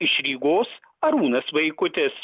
iš rygos arūnas vaikutis